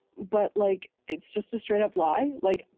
but like, it's just a straight up lie. like,